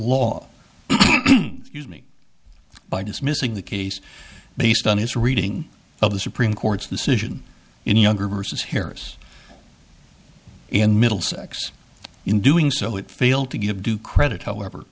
law by dismissing the case based on his reading of the supreme court's decision in younger versus hairs in middlesex in doing so it failed to give due credit however